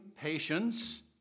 patience